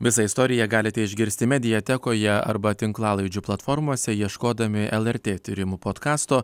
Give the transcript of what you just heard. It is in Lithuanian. visą istoriją galite išgirsti mediatekoje arba tinklalaidžių platformose ieškodami lrt tyrimų potkasto